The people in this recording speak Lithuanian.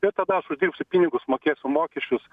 ir tada aš uždirbsiu pinigus mokėsiu mokesčius